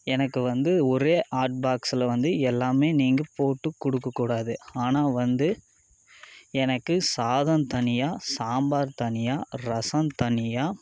எனக்கு வந்து ஒரே ஹாட்பாக்ஸில் வந்து எல்லாமே நீங்கள் போட்டு கொடுக்ககூடாது ஆனால் வந்து எனக்கு சாதம் தனியாக சாம்பார் தனியாக ரசம் தனியாக